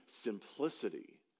simplicity